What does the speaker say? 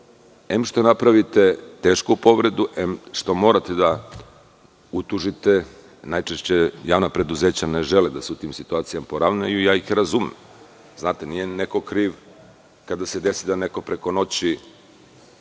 em što napravite tešku povredu, em što morate da utužite…Najčešće javna preduzeća ne žele da se u tim situacijama ravnaju i ja ih razumem. Znate, nije neko kriv kada se desi da neko preko noći